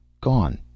Gone